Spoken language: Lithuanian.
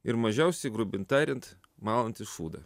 ir mažiausiai grubin tairint malantys šūdą